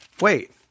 wait